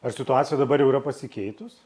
ar situacija dabar jau yra pasikeitus